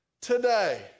Today